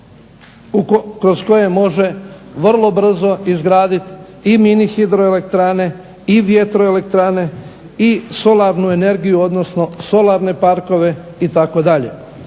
kroz koje može vrlo brzo izgraditi i mini hidroelektrane i vjetro elektrane i solarnu energiju, odnosno solarne parkove itd.